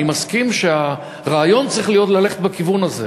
אני מסכים שהרעיון צריך להיות ללכת בכיוון הזה,